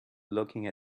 looking